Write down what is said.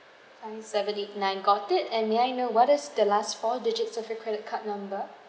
nine seven eight nine got it and may I know what that's the last four digits of your credit card number